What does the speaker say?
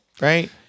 Right